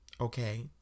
Okay